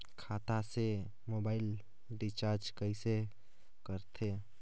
खाता से mobile recharge कइसे करथे